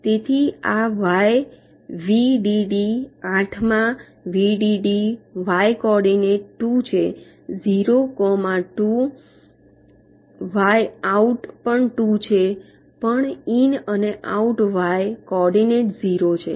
તેથી આ Y VDD 8 માં વીડીડી વાય કોઓર્ડીનેટ ટુ છે zero comma two Y out પણ ટુ છે પણ ઈન અને આઉટ વાય કોઓર્ડીનેટ ઝીરો છે